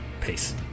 Peace